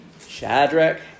Shadrach